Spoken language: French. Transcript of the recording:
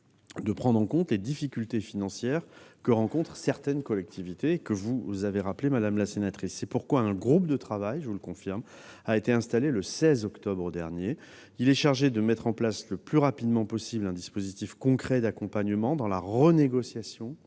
de prendre en compte les difficultés financières que rencontrent certaines collectivités et que vous avez rappelées, madame la sénatrice. C'est pourquoi un groupe de travail a été installé le 16 octobre dernier. Il est chargé de mettre en place le plus rapidement possible un dispositif concret d'accompagnement dans la renégociation